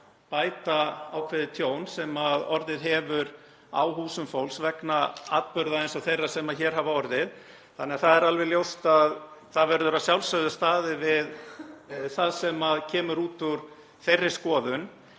bæta ákveðið tjón sem orðið hefur á húsum fólks vegna atburða eins og þeirra sem hér hafa orðið, þannig að það er alveg ljóst að það verður að sjálfsögðu staðið við það sem kemur út úr þeirri skoðun.